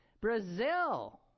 Brazil